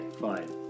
fine